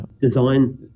design